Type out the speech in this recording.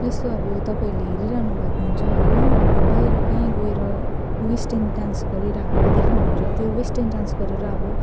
जस्तो अब तपाईँले हेरिरहनु भएको हुन्छ होइन अब बाहिर काहीँ गएर वेस्टर्न डान्स गरिरहेको देख्नुहुन्छ त्यो वेस्टर्न डान्स गरेर अब